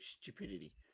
stupidity